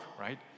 right